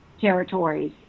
territories